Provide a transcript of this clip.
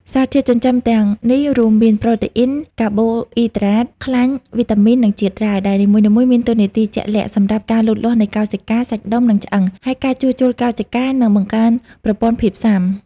សារធាតុចិញ្ចឹមទាំងនេះរួមមាន ប្រូតេអ៊ីន កាបូអ៊ីដ្រាត ខ្លាញ់ វីតាមីន និងជាតិរ៉ែ ដែលនីមួយៗមានតួនាទីជាក់លាក់ សម្រាប់ការលូតលាស់នៃកោសិកា សាច់ដុំ និងឆ្អឹង ហើយការជួសជុលកោសិកា និងបង្កើនប្រព័ន្ធភាពស៊ាំ។